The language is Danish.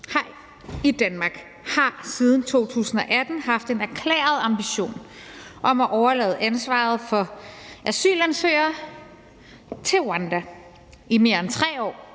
i Danmark har siden 2018 haft en erklæret ambition om at overlade ansvaret for asylansøgere til Rwanda i mere end 3 år.